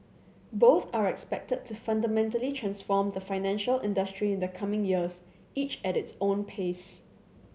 both are expected to fundamentally transform the financial industry in the coming years each at its own pace